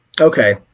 Okay